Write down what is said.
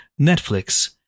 Netflix